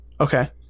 Okay